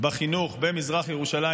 בחינוך במזרח ירושלים,